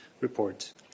report